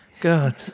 God